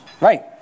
right